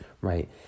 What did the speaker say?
right